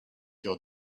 your